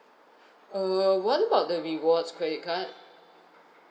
err what about the rewards credit card